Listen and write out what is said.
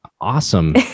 awesome